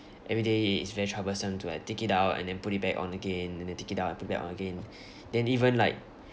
everyday it is very troublesome to like take it out and then put it back on again and then take it out and put it back on again then even like